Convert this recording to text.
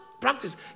practice